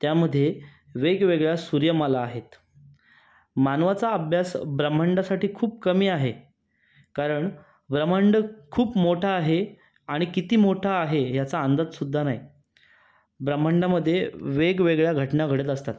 त्यामधे वेगवेगळ्या सूर्यमाला आहेत मानवाचा अभ्यास ब्रह्माण्डासाठी खूप कमी आहे कारण ब्रह्माण्ड खूप मोठं आहे आणि किती मोठं आहे याचा अंदाजसुद्धा नाही ब्रह्माण्डामध्ये वेगवेगळ्या घटना घडत असतात